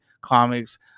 comics